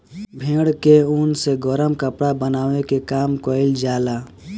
भेड़ के ऊन से गरम कपड़ा बनावे के काम कईल जाला